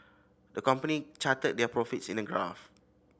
the company charted their profits in a graph